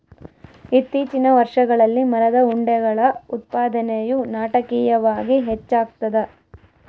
ಇತ್ತೀಚಿನ ವರ್ಷಗಳಲ್ಲಿ ಮರದ ಉಂಡೆಗಳ ಉತ್ಪಾದನೆಯು ನಾಟಕೀಯವಾಗಿ ಹೆಚ್ಚಾಗ್ತದ